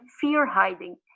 Fear-hiding